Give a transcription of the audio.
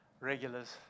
regulars